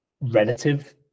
relative